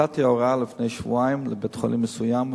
נתתי הוראה לפני שבועיים לבית-חולים מסוים,